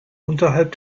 unterhalb